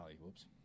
Whoops